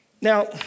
now